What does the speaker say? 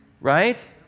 right